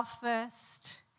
first